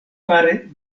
fare